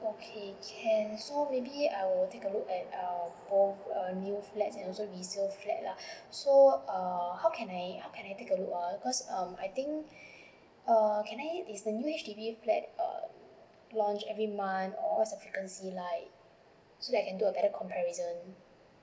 okay can so maybe I will take a look at um both err new flats and also resale flat lah so uh how can I how can I take a look ah because um I think um can I is the new H_D_B flat launch every month or what is the frequency like so that I can do a better comparison